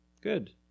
Good